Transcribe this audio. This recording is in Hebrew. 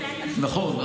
נכון,